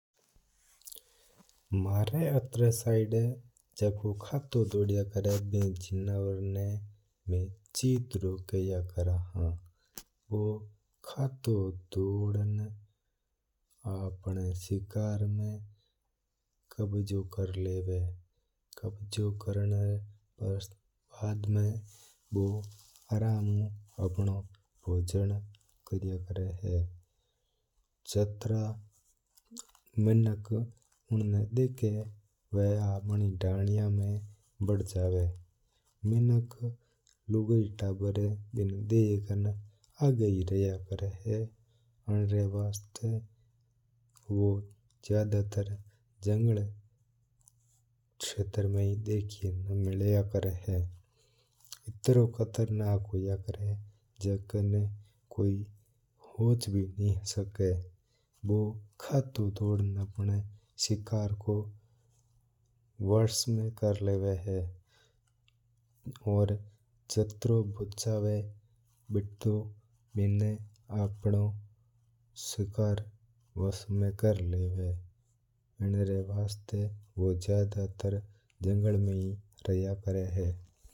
म्हारा अतर साइड जू खातू डोड्या करया है बी जिणावर ना चित्रो किया करया हाँ। वो खातो डोडण अपणा शिकार ना कब्जो कर लेवा है ओर। कभी करना बाद में बू आराम ऊ वनो भोजन करया करया है। यात्रा मिनाक उन ना देख्या है विन ना देख्या है वा आपरी धानिया में बढ़ जवा है। मिनाक लुगाई तबर बिना देखर आगे ही रिया करया है। अन्रा वास्ता बू जादा तर्र जंगल क्षेत्र में ही देख्यो जवा है। इततो खतरनाक होया करया है कोई होच भी नीं सका है। बू खातूं डोडण अपणा शिकार ना वश में कर लेवा है ओर जित्रो बू चावा है बत्तो शिकार वो अपणा बस में कर लेवा है।